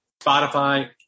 Spotify